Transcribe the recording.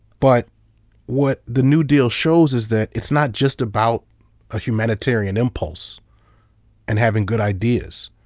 but what the new deal shows is that it's not just about a humanitarian impulse and having good ideas.